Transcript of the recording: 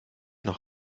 noch